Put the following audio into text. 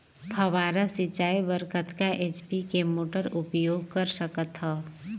फव्वारा सिंचाई बर कतका एच.पी के मोटर उपयोग कर सकथव?